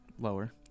lower